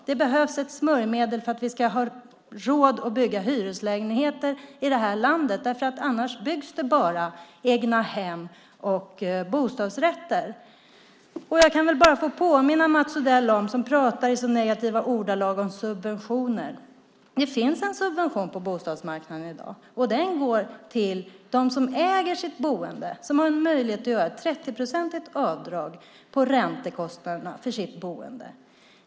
Det behövs ett smörjmedel för att vi ska ha råd att bygga hyreslägenheter i det här landet, annars byggs det bara egnahem och bostadsrätter. Jag vill bara påminna Mats Odell, som talar i så negativa ordalag om subventioner, om att det finns en subvention på bostadsmarknaden i dag. Den går till dem som äger sin bostad och som har en möjlighet att göra ett 30-procentigt avdrag på räntekostnaderna för sin bostad.